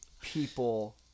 people